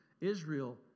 Israel